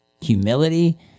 humility